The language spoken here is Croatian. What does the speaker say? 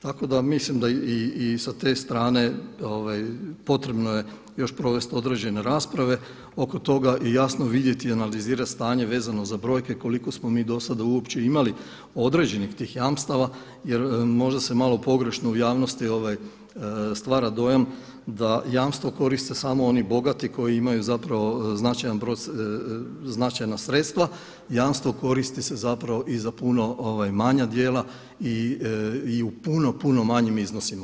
Tako da mislim da i sa te strane potrebno je još provesti određene rasprave oko toga i jasno vidjeti i analizirati stanje vezano za brojke koliko smo mi do sada uopće imali određenih tih jamstava jer možda se malo pogrešno u javnosti stvara dojam da jamstvo koriste samo oni bogati koji imaju zapravo značajna sredstva, jamstvo koristi se zapravo i za puno manja djela i u puno, puno manjim iznosima.